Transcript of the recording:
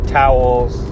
towels